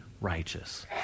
righteous